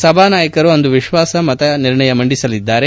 ಸಭಾನಾಯಕರು ಅಂದು ವಿಶ್ವಾಸ ಮತ ನಿರ್ಣಯ ಮಂಡಿಸಲಿದ್ದಾರೆ